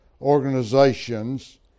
organizations